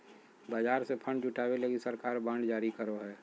बाजार से फण्ड जुटावे लगी सरकार बांड जारी करो हय